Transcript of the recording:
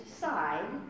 side